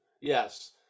Yes